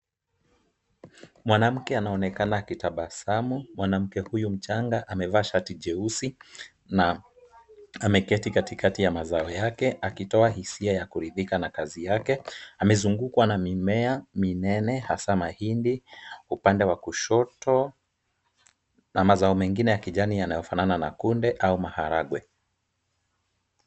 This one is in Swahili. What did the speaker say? Mwanamke anaonekana akitabasamu. Mwanamke huyo mchanga amevaa shati jeusi, na ameketi katikati ya mazao yake, akitoa hisia ya kuridhika na kazi yake. Amezungukwa na mimea minene, hasa mahindi upande wa kushoto, na mazao mengine ya kijani yanaofanana na kunde au maharagwe.